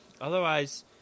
otherwise